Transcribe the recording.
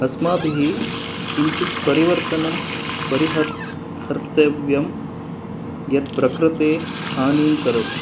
अस्माभिः किञ्चित् परिर्वतनं परिहर् हर्तव्यं यत् प्रकृतेः हानिं करोति